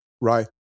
right